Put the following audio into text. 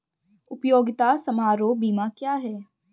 उपयोगिता समारोह बीमा क्या है?